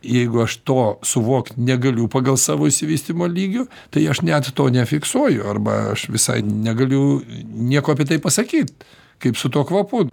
jeigu aš to suvokt negaliu pagal savo išsivystymo lygiu tai aš net to nefiksuoju arba aš visai negaliu nieko apie tai pasakyt kaip su tuo kvapu